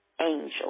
angel